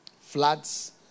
Floods